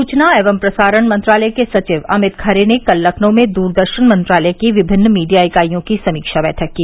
सूचना एवं प्रसारण मंत्रालय के सचिव अमित खरे ने कल लखनऊ में दूरदर्शन मंत्रालय के विभिन्न मीडिया इकाईयों की समीक्षा बैठक की